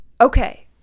Okay